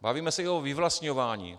Bavíme se o vyvlastňování.